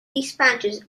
despatches